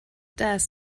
das